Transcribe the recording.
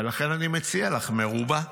ולכן אני מציע לך: מרובע.